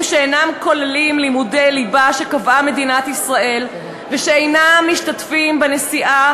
שאינם כוללים לימודי ליבה שקבעה מדינת ישראל ואינם משתתפים בנשיאה,